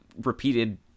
repeated